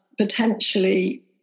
potentially